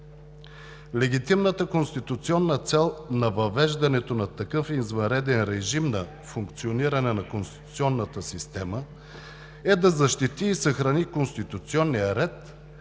Легитимната конституционна цел на въвеждането на такъв извънреден режим на функциониране на конституционната система е да защити и съхрани конституционния ред,